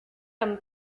comme